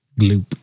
Gloop